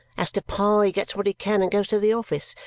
as to pa, he gets what he can and goes to the office.